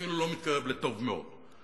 אפילו לא מתקרב לטוב מאוד,